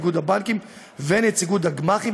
איגוד הבנקים ונציגות הגמ"חים,